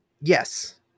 Yes